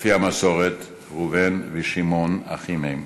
לפי המסורת, ראובן ושמעון אחים הם.